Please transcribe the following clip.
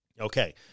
Okay